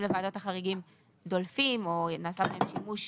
לוועדת החריגים דולפים או נעשה בהם שימוש